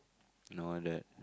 no that